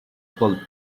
cold